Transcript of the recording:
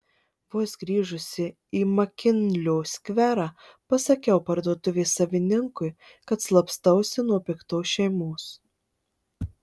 vos grįžusi į makinlio skverą pasakiau parduotuvės savininkui kad slapstausi nuo piktos šeimos